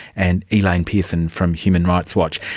and elaine pearson from human rights watch,